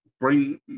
bring